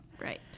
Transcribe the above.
Right